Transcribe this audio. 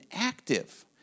active